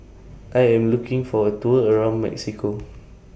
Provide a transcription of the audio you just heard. I Am looking For A Tour around Mexico